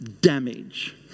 damage